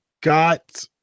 got